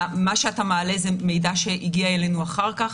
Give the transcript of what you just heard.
מה שאתה מעלה זה מידע שהגיע אלינו אחר כך.